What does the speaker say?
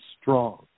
strong